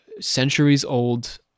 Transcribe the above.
centuries-old